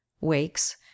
wakes